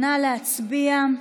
נא להצביע.